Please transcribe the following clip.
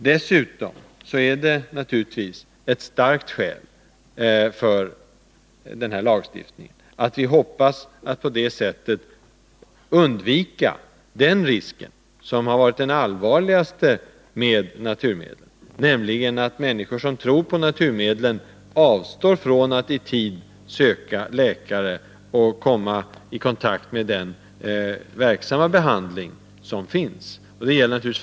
Dessutom är ett starkt skäl för den här lagstiftningen att vi hoppas att på det sättet undvika den risk som har varit den allvarligaste med naturmedlen, nämligen att människor som tror på dem avstår från att i tid söka läkare och komma i kontakt med den verksamma behandling som finns. Det kant.ex.